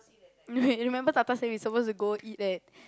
wait remember Tata saying we supposed to go eat at